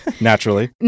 Naturally